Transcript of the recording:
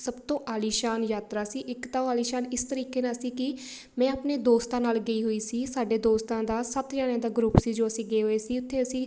ਸਭ ਤੋਂ ਆਲੀਸ਼ਾਨ ਯਾਤਰਾ ਸੀ ਇੱਕ ਤਾਂ ਉਹ ਆਲੀਸ਼ਾਨ ਇਸ ਤਰੀਕੇ ਨਾਲ ਸੀ ਕੀ ਮੈਂ ਆਪਣੇ ਦੋਸਤਾਂ ਨਾਲ ਗਈ ਹੋਈ ਸੀ ਸਾਡੇ ਦੋਸਤਾਂ ਦਾ ਸੱਤ ਜਣਿਆਂ ਦਾ ਗਰੁੱਪ ਸੀ ਜੋ ਅਸੀਂ ਗਏ ਹੋਏ ਸੀ ਉੱਥੇ ਅਸੀਂ